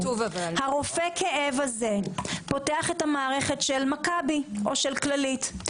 הרופא כאב הזה פותח את המערכת של "מכבי" או של "כללית",